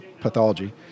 pathology